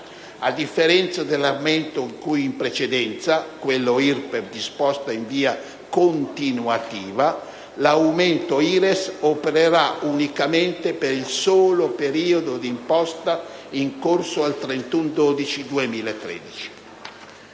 A differenza dell'aumento di cui in precedenza (quello IRPEF disposto in via continuativa) l'aumento IRES opererà unicamente per il solo periodo d'imposta in corso al 31